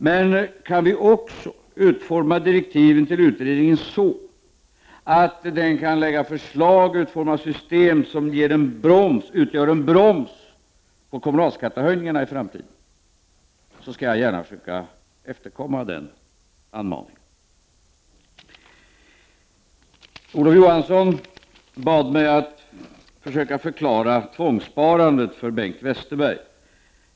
Men om vi kan utforma direktiven till utredningen så att den kan lägga fram förslag i form av system som utgör en broms på kommunalskattehöjningar i framtiden, skall jag gärna försöka efterkomma den anmaningen. Olof Johansson bad mig att försöka förklara tvångssparandet för Bengt Westerberg.